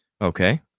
Okay